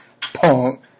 Punk